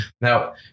now